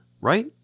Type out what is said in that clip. right